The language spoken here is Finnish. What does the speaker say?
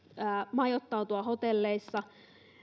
majoittautua hotelleissa